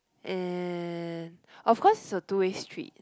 and of course it's a two way street